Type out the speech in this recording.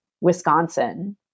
Wisconsin